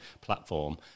platform